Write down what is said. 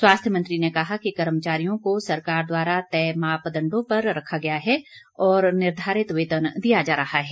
स्वास्थ्य मंत्री ने कहा कि कर्मचारियों को सरकार द्वारा तय मापदंडों पर रखा गया है और निर्धारित वेतन दिया जा रहा है